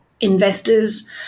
investors